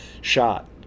shot